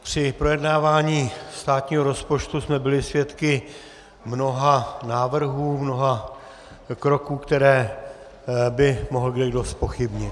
Při projednávání státního rozpočtu jsme byli svědky mnoha návrhů, mnoha kroků, které by mohl kdekdo zpochybnit.